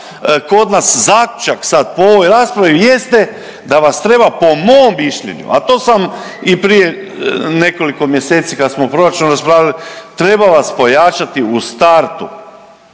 kod nas, zaključak sad po ovoj raspravi jeste da vas treba, po mom mišljenju, a to sam i prije nekoliko mjeseci, kad smo proračunu raspravljali, treba vas pojačati u startu.